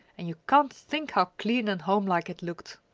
and you can't think how clean and homelike it looked!